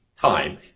Time